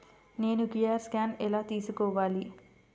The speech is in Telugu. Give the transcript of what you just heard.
నేను క్యూ.అర్ స్కాన్ ఎలా తీసుకోవాలి?